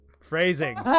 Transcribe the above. Phrasing